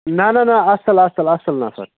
نہ نہ نہ اَصٕل اَصٕل اَصٕل نَفر